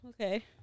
okay